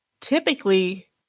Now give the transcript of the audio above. typically